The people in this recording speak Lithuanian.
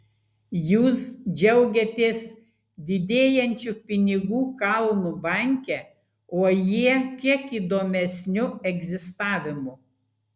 jūs džiaugiatės didėjančiu pinigų kalnu banke o jie kiek įdomesniu egzistavimu